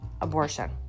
abortion